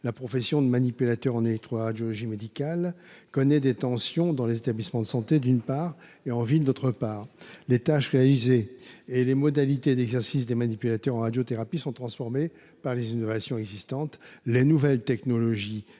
la profession des manipulateurs en électroradiologie médicale (MEM) connaît des tensions dans les établissements de santé, d’une part, et en ville, d’autre part. Les tâches réalisées et les modalités d’exercice des manipulateurs en radiothérapie sont transformées par les innovations existantes. Les nouvelles technologies provoquent